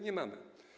Nie mamy.